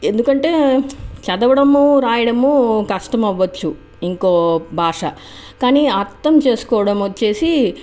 ఎందుకంటే చదవడము రాయడము కష్టం కావ్వొచ్చు ఇంకో భాష కాని అర్థం చేసుకోవడం వచ్చేసి